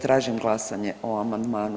Tražim glasanje o amandmanu.